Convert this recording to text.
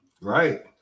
right